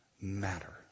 matter